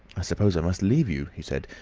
i suppose i must leave you, he said.